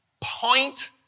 point